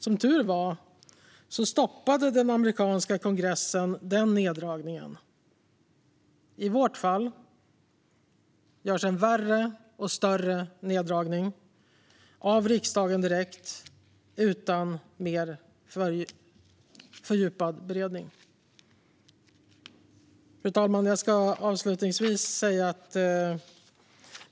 Som tur var stoppade den amerikanska kongressen den neddragningen. I vårt fall gör riksdagen direkt en värre och större neddragning utan mer fördjupad beredning. Fru talman!